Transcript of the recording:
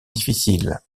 difficile